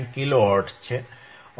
59 kilo hertz છે